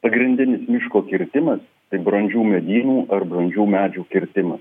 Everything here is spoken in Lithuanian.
pagrindinis miško kirtimas tai brandžių medynų ar brandžių medžių kirtimas